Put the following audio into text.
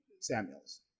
Samuels